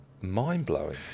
mind-blowing